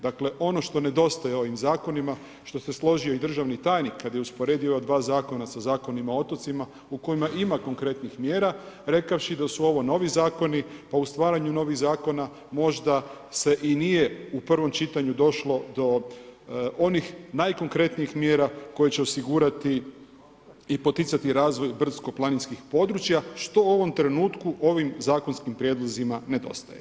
Dakle ono što nedostaje ovim zakonima, što se složio državni tajnik kad je usporedio ova dva zakona sa Zakonom o otocima u kojima ima konkretnih mjera, rekavši da su ovo novi zakoni pa u stvaranju novih zakona možda se i nije u prvom čitanju došlo do onih najkonkretnijih mjera koje će osigurati i poticati razvoj brdsko-planinskih područja što u ovom trenutku ovim zakonskim prijedlozima nedostaje.